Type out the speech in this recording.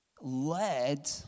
led